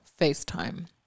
FaceTime